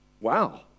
Wow